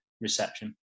reception